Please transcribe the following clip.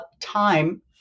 time